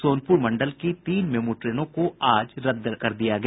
सोनपुर मंडल की तीन मेमू ट्रेनों को आज रद्द कर दिया गया